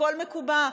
הכול מקובע,